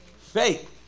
faith